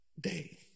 day